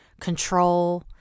control